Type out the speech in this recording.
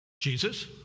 Jesus